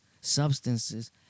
substances